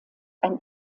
ein